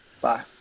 Bye